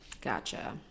gotcha